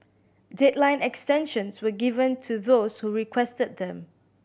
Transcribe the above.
deadline extensions were given to those who requested them